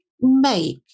make